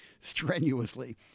strenuously